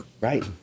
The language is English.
Right